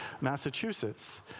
Massachusetts